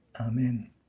Amen